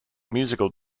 musical